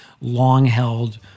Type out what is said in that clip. long-held